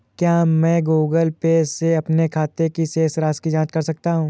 क्या मैं Google Pay से अपने खाते की शेष राशि की जाँच कर सकता हूँ?